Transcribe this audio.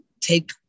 take